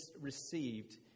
received